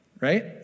Right